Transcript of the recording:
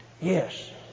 Yes